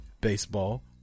baseball